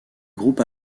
groupe